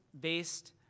based